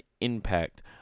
impact